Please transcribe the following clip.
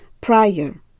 prior